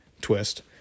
twist